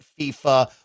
FIFA